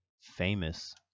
famous